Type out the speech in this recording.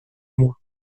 moins